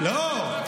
לא,